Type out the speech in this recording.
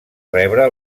rebre